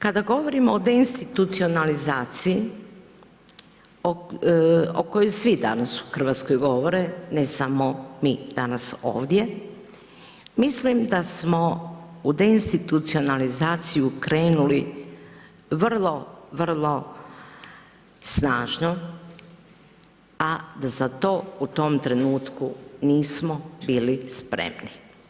Kada govorimo o deinstituacionalizaciji o kojoj svi danas u Hrvatskoj govore, ne samo mi danas ovdje, mislim da smo u deinstitucionalizaciju krenuli vrlo, vrlo snažno, a da za to u tom trenutku nismo bili spremni.